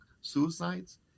suicides